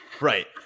Right